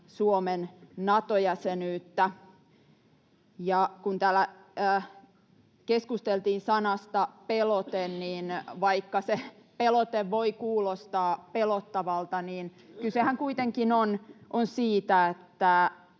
Suomen Nato-jäsenyyttä. Kun täällä keskusteltiin sanasta ”pelote”, niin vaikka se pelote voi kuulostaa pelottavalta, kysehän kuitenkin on siitä, että